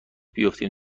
بیفتیم